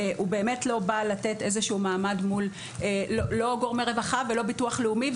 הוא באמת לא בא לתת איזשהו מעמד מול לא גורמי רווחה ולא ביטוח לאומי,